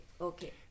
okay